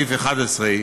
בסעיף 11,